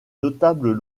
notables